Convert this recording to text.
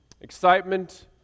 excitement